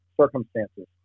circumstances